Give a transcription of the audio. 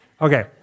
Okay